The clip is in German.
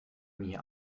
mir